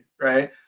Right